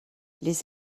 les